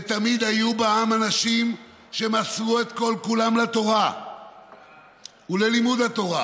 ושתמיד היו בעם אנשים שמסרו את כל-כולם לתורה וללימוד התורה,